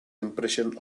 impression